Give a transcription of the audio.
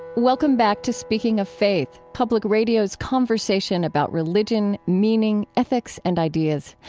welcome back to speaking of faith, public radio's conversation about religion, meaning, ethics and ideas.